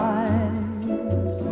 eyes